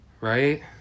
right